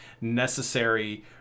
necessary